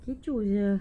pucuk sia